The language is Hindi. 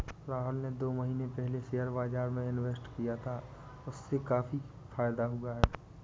राहुल ने दो महीने पहले शेयर बाजार में इन्वेस्ट किया था, उससे उसे काफी फायदा हुआ है